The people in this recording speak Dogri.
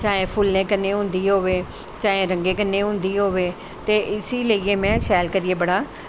चाहे फुल्लैं कन्नै होदी होऐ चाहे रंगें कन्नै होंदी होऐ ते इस्सी लेइयै में शैल करियै बड़ा